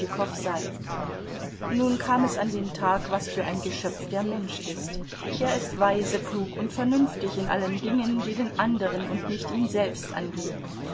sei nun kam es an den tag was für ein geschöpf der mensch ist er ist weise klug und vernünftig in allen dingen die den anderen und nicht ihn selbst angehen